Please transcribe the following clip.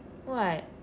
what